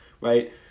right